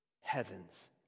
heaven's